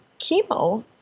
chemo